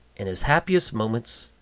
in his happiest moments,